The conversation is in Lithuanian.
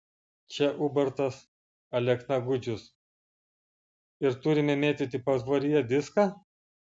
čia ubartas alekna gudžius ir turime mėtyti patvoryje diską